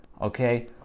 Okay